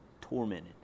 tormented